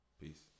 Peace